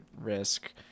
risk